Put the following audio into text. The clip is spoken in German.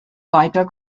weiter